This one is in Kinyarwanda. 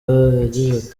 yagize